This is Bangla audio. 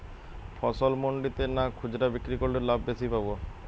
ফসল মন্ডিতে না খুচরা বিক্রি করলে লাভ বেশি পাব?